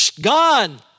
Gone